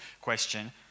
question